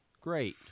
Great